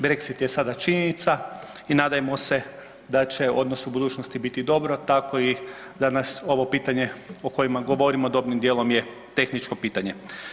Brexit je sada činjenica i nadajmo se da će odnos u budućnosti biti dobro, tako i za nas ovo pitanje o kojima govorimo dobrim dijelom je tehničko pitanje.